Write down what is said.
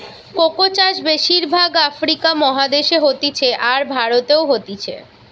cocoa চাষ বেশির ভাগ আফ্রিকা মহাদেশে হতিছে, আর ভারতেও হতিছে